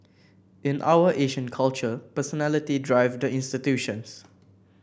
in our Asian culture personality drive the institutions